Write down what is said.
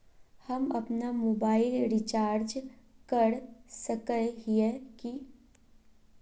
हम अपना mobile recharge कर सकय हिये की?